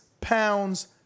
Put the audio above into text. pounds